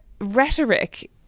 rhetoric